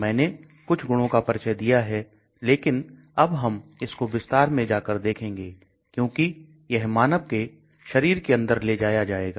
मैंने कुछ गुणों का परिचय दिया है लेकिन अब हम इसको विस्तार में जाकर देखेंगे क्योंकि यह मानव शरीर के अंदर ले जाया जाएगा